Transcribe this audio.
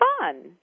fun